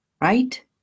Right